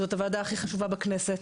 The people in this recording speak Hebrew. זאת הוועדה כי חשובה בכנסת.